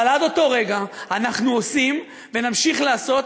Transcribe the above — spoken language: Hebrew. אבל עד אותו רגע אנחנו עושים ונמשיך לעשות,